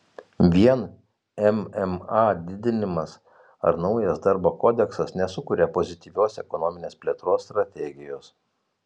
vien mma didinimas ar naujas darbo kodeksas nesukuria pozityvios ekonominės plėtros strategijos